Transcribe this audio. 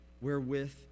wherewith